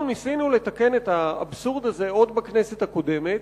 אנחנו ניסינו לתקן את האבסורד הזה עוד בכנסת הקודמת